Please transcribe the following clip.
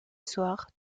soir